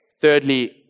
Thirdly